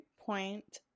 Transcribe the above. point